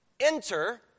Enter